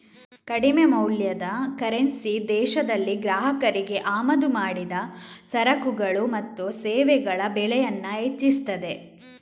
ಕಡಿಮೆ ಮೌಲ್ಯದ ಕರೆನ್ಸಿ ದೇಶದಲ್ಲಿ ಗ್ರಾಹಕರಿಗೆ ಆಮದು ಮಾಡಿದ ಸರಕುಗಳು ಮತ್ತು ಸೇವೆಗಳ ಬೆಲೆಯನ್ನ ಹೆಚ್ಚಿಸ್ತದೆ